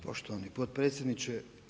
Poštovani potpredsjedniče.